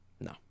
No